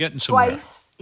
twice